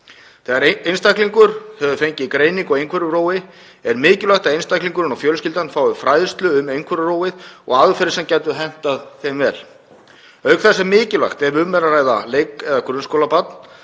Þegar einstaklingur hefur fengið greiningu á einhverfurófi er mikilvægt að einstaklingurinn og fjölskyldan fái fræðslu um einhverfurófið og aðferðir sem gætu hentað honum vel. Auk þess er mikilvægt, ef um er að ræða leik- eða grunnskólabarn,